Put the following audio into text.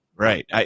Right